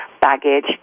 baggage